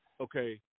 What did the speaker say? Okay